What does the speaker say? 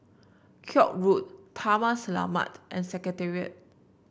Koek Road Taman Selamat and Secretariat